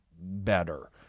better